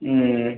ம்